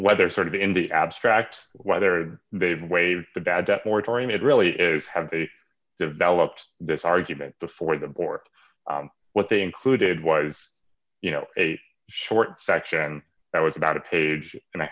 whether sort of in the abstract whether they would waive the bad debt moratorium it really is have they developed this argument before the board what they included was you know a short section that was about a page and a